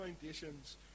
foundations